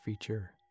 feature